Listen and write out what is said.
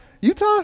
Utah